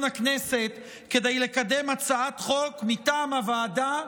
הכנסת כדי לקדם הצעת חוק מטעם הוועדה,